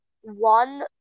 one